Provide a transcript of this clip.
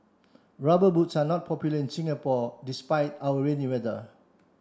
rubber boots are not popular in Singapore despite our rainy weather